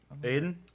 Aiden